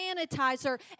sanitizer